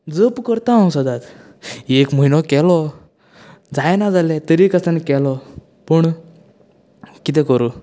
जप करतां हांव सदांच एक म्हयनो केलो जायना जालें तरी आसतना केलो पूण कितें करूं